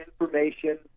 information